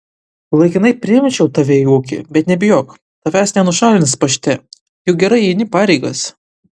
laikinai priimčiau tave į ūkį bet nebijok tavęs nenušalins pašte juk gerai eini pareigas